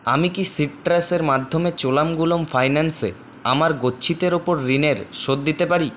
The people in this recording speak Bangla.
আমি কি সিট্রাসের মাধ্যমে ফাইন্যান্সে আমার গচ্ছিতের ওপর ঋণের শোধ দিতে পারি